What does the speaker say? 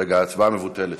ההצבעה מבוטלת.